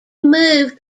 moved